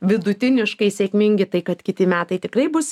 vidutiniškai sėkmingi tai kad kiti metai tikrai bus